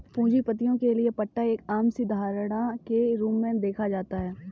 पूंजीपतियों के लिये पट्टा एक आम सी धारणा के रूप में देखा जाता है